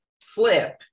flip